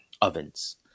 ovens